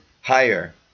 higher